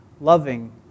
loving